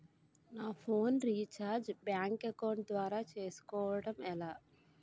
నా phone recharge bank account ద్వారా చేసుకోవటం ఎలా?